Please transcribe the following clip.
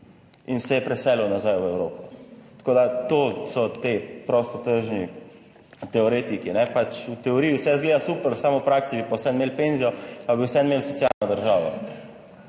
in se je preselil nazaj v Evropo. Tako da to so ti prostotržni teoretiki. Pač v teoriji vse izgleda super, samo v praksi bi pa vseeno imeli penzijo, pa bi vseeno imeli socialno državo.